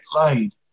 laid